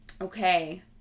Okay